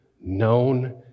known